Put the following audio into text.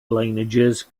lineages